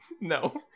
No